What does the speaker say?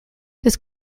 this